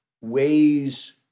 ways